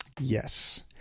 yes